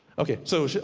okay so,